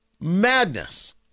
madness